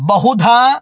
बहुधा